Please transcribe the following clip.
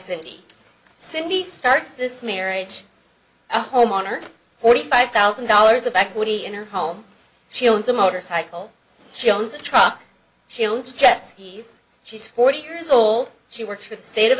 cindy cindy starts this marriage a homeowner forty five thousand dollars of equity in her home she owns a motorcycle she owns a truck shields gestes she's forty years old she works for the state of